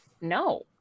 no